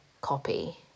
copy